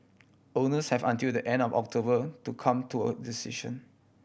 owners have until the end of October to come to a decision